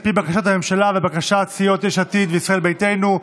על פי בקשת הממשלה ובקשת סיעות יש עתיד וישראל ביתנו.